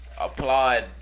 Applaud